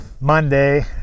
Monday